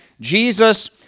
Jesus